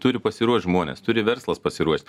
turi pasiruošt žmonės turi verslas pasiruošti